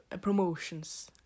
Promotions